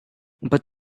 but